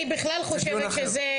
אני בכלל חושבת שזה,